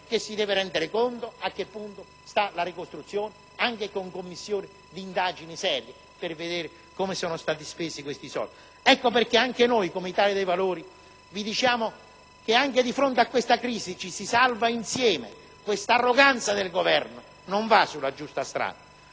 e vogliamo verificare a che punto è la ricostruzione, anche con Commissioni di indagine serie, per vedere come sono stati spesi quei soldi. Ecco perché anche noi dell'Italia dei Valori vi diciamo che di fronte a questa crisi ci si salva insieme. Questa arroganza del Governo non va nella strada